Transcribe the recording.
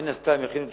מן הסתם יכינו תשובה,